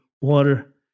water